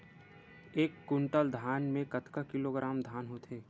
एक कुंटल धान में कतका किलोग्राम धान होथे?